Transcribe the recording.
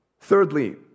Thirdly